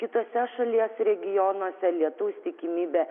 kitose šalies regionuose lietaus tikimybė